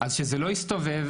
אז שזה לא יסתובב,